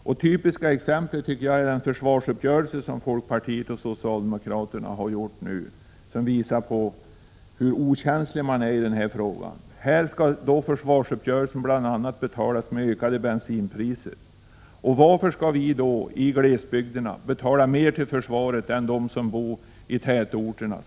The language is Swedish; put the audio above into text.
Ett typiskt exempel är försvarsuppgörelsen mellan folkpartiet och socialdemokraterna, som jag tycker visar hur okänslig man är i den här frågan. Försvarsuppgörelsen skall betalas med bl.a. ökade bensinpriser. Varför skall vi som bor i glesbygderna betala mer till försvaret än de som bor i tätorterna?